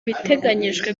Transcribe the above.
biteganyijwe